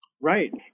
Right